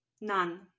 none